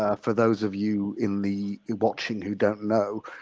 ah for those of you in the. watching who don't know,